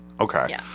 okay